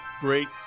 great